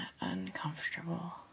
uncomfortable